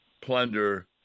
plunder